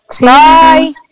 Bye